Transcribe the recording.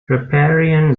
riparian